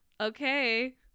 okay